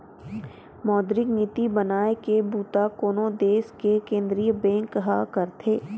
मौद्रिक नीति बनाए के बूता कोनो देस के केंद्रीय बेंक ह करथे